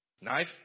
Knife